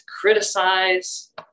criticize